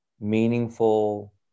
meaningful